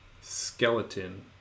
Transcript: skeleton